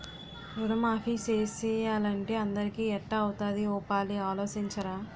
రుణమాఫీ సేసియ్యాలంటే అందరికీ ఎట్టా అవుతాది ఓ పాలి ఆలోసించరా